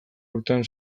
urtean